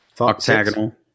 Octagonal